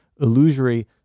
illusory